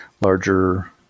larger